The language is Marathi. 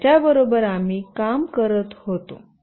ज्याच्या बरोबर आम्ही काम करत होतो